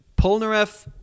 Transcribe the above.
Polnareff